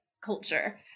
culture